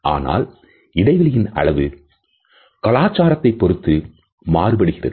ஆனால் இடைவெளியின் அளவு கலாச்சாரத்தை பொருத்து மாறுபடுகிறது